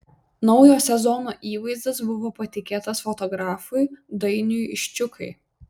naujo sezono įvaizdis buvo patikėtas fotografui dainiui ščiukai